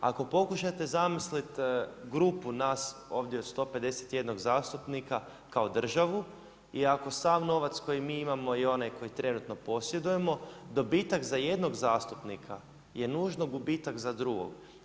Ako pokušate zamislit grupu nas ovdje od 151 zastupnika kao državu i ako sav novac koji mi imamo je onaj koji trenutno posjedujemo dobitak za jednog zastupnika je nužno gubitak za drugog.